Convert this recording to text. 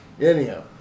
anyhow